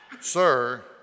Sir